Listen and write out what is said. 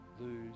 lose